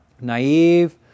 naive